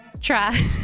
try